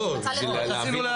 לא, בשביל להבין.